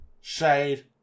shade